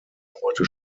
heute